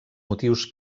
motius